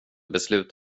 beslut